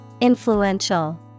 Influential